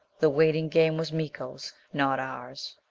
the waiting game was miko's not ours.